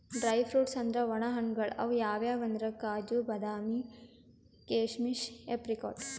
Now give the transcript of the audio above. dry fruits ಅಂದ್ರ ವಣ ಹಣ್ಣ್ಗಳ್ ಅವ್ ಯಾವ್ಯಾವ್ ಅಂದ್ರ್ ಕಾಜು, ಬಾದಾಮಿ, ಕೀಶಮಿಶ್, ಏಪ್ರಿಕಾಟ್